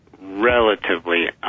relatively